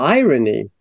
irony